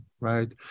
right